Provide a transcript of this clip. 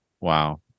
Wow